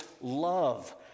love